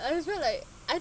I just felt like I